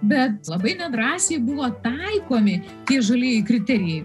bet labai nedrąsiai buvo taikomi tai žalieji kriterijai